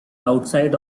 outside